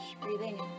Breathing